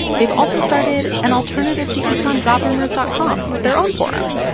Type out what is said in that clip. they've also started an alternative to econjobrumors dot com, their own forum.